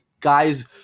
guys